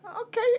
Okay